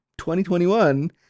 2021